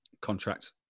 Contract